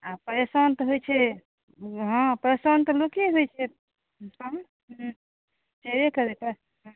आ परेशान तऽ होइत छै हाँ परेशान तऽ लोके होइत छै तहन हँ छेबे करै